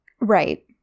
Right